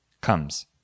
comes